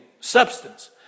substance